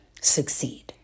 succeed